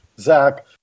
Zach